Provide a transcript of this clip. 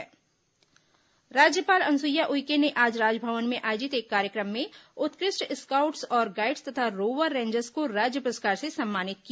कला राज्यपाल scout guide राज्यपाल अनुसुईया उइके ने आज राजभवन में आयोजित एक कार्यक्रम में उत्कृष्ट स्काउट्स और गाइड्स तथा रोवर रेंजर्स को राज्य पुरस्कार से सम्मानित किया